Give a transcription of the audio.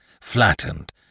Flattened